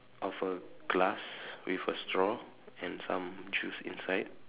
of a glass with a straw and some juice inside